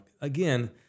again